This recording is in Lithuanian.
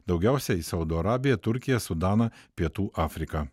daugiausia į saudo arabiją turkiją sudaną pietų afriką